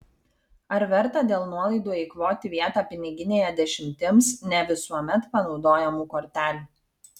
ar verta dėl nuolaidų eikvoti vietą piniginėje dešimtims ne visuomet panaudojamų kortelių